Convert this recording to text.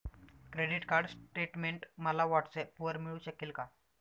Credit card statement मला व्हॉट्सऍपवर मिळू शकेल का?